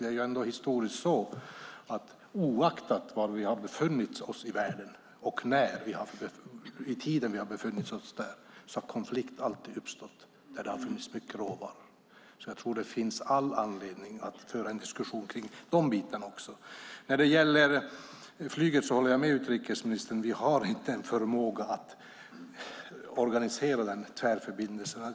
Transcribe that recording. Det är ändå historiskt så att oavsett var vi har befunnit oss i världen och när i tiden vi har befunnit oss där har konflikt alltid uppstått där det har funnits mycket råvaror. Jag tror att det finns all anledning att föra en diskussion kring de bitarna också. När det gäller flyget håller jag med utrikesministern. Vi har inte förmågan att organisera tvärförbindelserna.